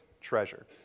treasure